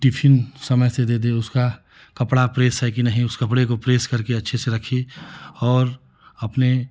tiffin समय से दे दे उसका कपड़ा प्रेस है कि नहीं उस कपड़े को प्रेस करके अच्छे से रखे और अपने